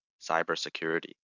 cybersecurity